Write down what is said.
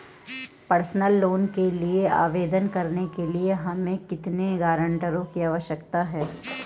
Personal loan के लिए आवेदन करने के लिए हमें कितने गारंटरों की आवश्यकता है?